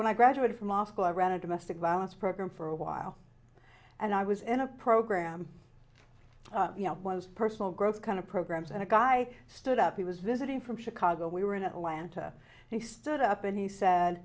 when i graduated from moscow i ran a domestic violence program for a while and i was in a program you know it was personal growth kind of programs and a guy stood up he was visiting from chicago we were in atlanta and he stood up and he said